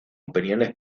opiniones